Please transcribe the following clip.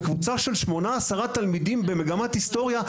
בקבוצה של 10-8 תלמידים במגמת היסטוריה,